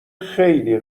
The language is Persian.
خیلی